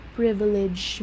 privilege